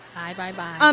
bye bye bye. um